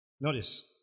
Notice